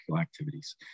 activities